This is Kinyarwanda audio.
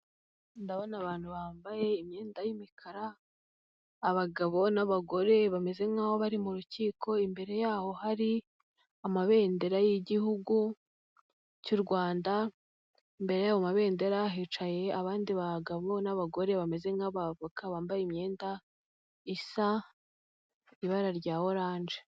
Ndabona abantu bambaye imyenda y'imikara; abagabo n'abagore bameze nk'aho bari mu rukiko imbere yaho hari amabendera y'igihugu cy'u Rwanda, imbere y'ayo mabendera hicaye abandi bagabo n'abagore bameze nk'abavoka, bambaye imyenda isa ibara rya oranje.